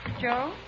Joe